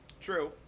True